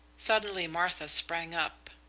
suddenly martha sprang up.